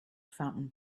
fountain